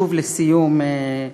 שוב לסיום,